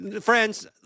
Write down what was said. friends